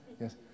Yes